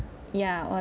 ya or